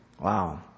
Wow